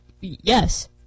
yes